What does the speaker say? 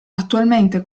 attualmente